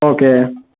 okay